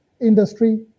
industry